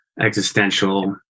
existential